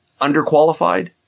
underqualified